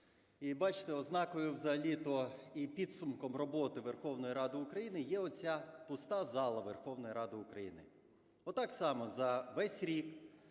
І бачите, ознакою взагалі-то і підсумком роботи Верховної Ради України є оця пуста зала Верховної Ради України. Отак само за весь рік